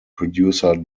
producer